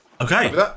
Okay